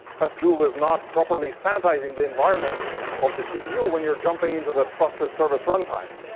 has to do with not properly sanitizing the environment of the cpu when you're jumping into the trusted service runtime.